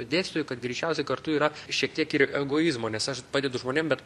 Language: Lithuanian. dėstytoju kad greičiausiai kartu yra šiek tiek ir egoizmo nes aš padedu žmonėm bet